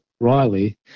Riley